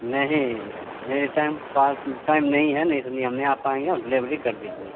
नहीं मेरे टाइम पास टाइम नहीं है नहीं तो नहीं हम नहीं आ पाएँगे और डिलीवरी कर दीजिएगा